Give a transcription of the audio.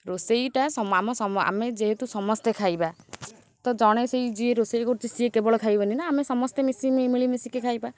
ରୋଷେଇଟା ଆମ ଆମେ ଯେହେତୁ ସମସ୍ତେ ଖାଇବା ତ ଜଣେ ସେଇ ଯିଏ ରୋଷେଇ କରୁଛି ସେ କେବଳ ଖାଇବନି ନା ଆମେ ସମସ୍ତେ ମିଶି ମିଳି ମିଳିମିଶିକି ଖାଇବା